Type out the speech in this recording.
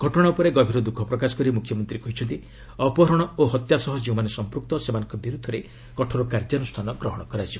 ଘଟଣା ଉପରେ ଗଭୀର ଦୁଃଖ ପ୍ରକାଶ କରି ମୁଖ୍ୟମନ୍ତ୍ରୀ କହିଛନ୍ତି ଅପହରଣ ଓ ହତ୍ୟା ସହ ଯେଉଁମାନେ ସମ୍ପୂକ୍ତ ସେମାନଙ୍କ ବିରୁଦ୍ଧରେ କଠୋର କାର୍ଯ୍ୟାନୁଷ୍ଠାନ ଗ୍ରହଣ କରାଯିବ